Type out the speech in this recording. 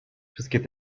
wszystkie